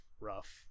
rough